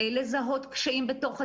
לזהות קשיים בתוך עצמי,